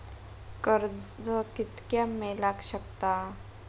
कर्ज कितक्या मेलाक शकता?